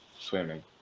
swimming